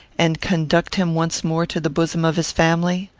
and conduct him once more to the bosom of his family?